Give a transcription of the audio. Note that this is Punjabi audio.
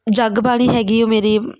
ਜਗਬਾਣੀ ਹੈਗੀ ਉਹ ਮੇਰੀ